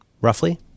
Roughly